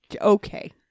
okay